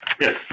Yes